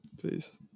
Please